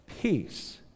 peace